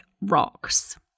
rocks